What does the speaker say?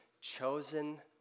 chosen